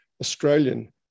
Australian